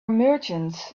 merchants